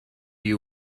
you